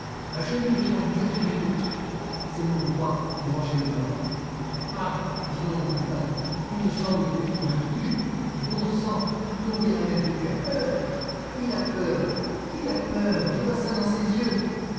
à genoux devant dieu qui m'écoute c'est mon droit de venger le mort ah dis donc lupin il me semble que tu ne rigoles plus bon sang mais on dirait même que tu as peur il a peur il a peur je vois ça dans ses yeux